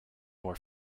more